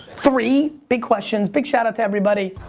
three big questions. big shout out to everybody.